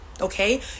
okay